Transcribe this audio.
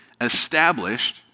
established